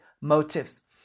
motives